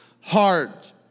heart